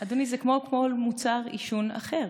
זה כמו כל מוצר עישון אחר.